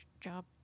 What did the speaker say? job